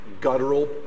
guttural